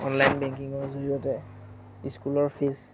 online বেংকিঙৰ জৰিয়তে স্কুলৰ ফীজ